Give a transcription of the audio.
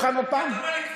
עוד פעם, לְמה אני לא מוכן?